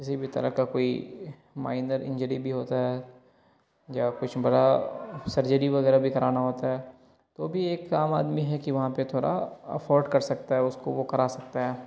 کسی بھی طرح کا کوئی مائینر انجری بھی ہوتا ہے یا کچھ بڑا سرجری وغیرہ بھی کرانا ہوتا ہے تو بھی ایک عام آدمی ہے کہ وہاں پہ تھوڑا افورڈ کر سکتا ہے اس کو وہ کرا سکتا ہے